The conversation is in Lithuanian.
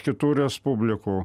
kitų respublikų